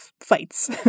fights